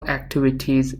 activities